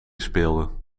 speelde